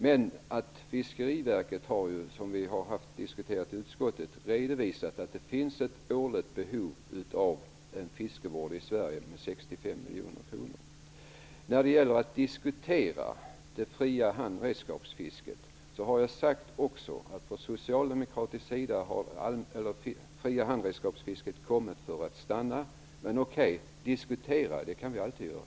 Men Fiskeriverket har ju, som vi har diskuterat i utskottet, redovisat att det finns ett årligt behov av fiskevård i Sverige för 65 miljoner kronor. Vi socialdemokrater anser att det fria handredskapsfisket har kommit för att stanna, men diskutera kan vi alltid göra.